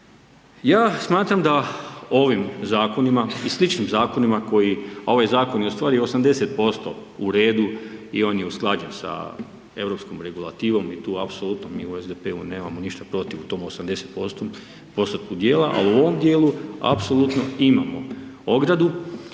Ja smatram da ovim zakonima i sličnim zakonima koji, a ovaj zakon je ustvari 80% u redu i on je usklađen sa europskim regulativom i tu apsolutno u SDP-u nemamo ništa protiv, tom 80% dijela, ali u ovom dijelu apsolutno imamo ogradu,